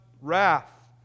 wrath